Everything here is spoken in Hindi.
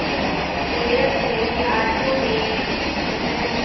कुछ स्प्रेयर सेमी ऑटोमेटिक होते हैं